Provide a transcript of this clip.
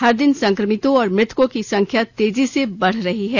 हर दिन संक्रमितों और मृतकों की संख्या तेजी से बढ़ रही है